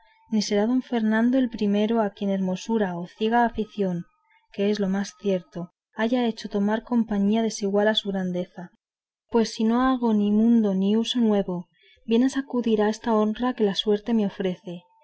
será don fernando el primero a quien hermosura o ciega afición que es lo más cierto haya hecho tomar compañía desigual a su grandeza pues si no hago ni mundo ni uso nuevo bien es acudir a esta honra que la suerte me ofrece